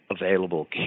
available